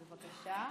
בבקשה.